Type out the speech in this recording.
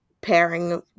pairing